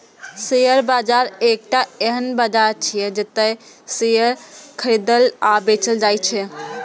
share बाजार एकटा एहन बाजार छियै, जतय शेयर खरीदल आ बेचल जाइ छै